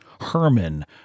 Herman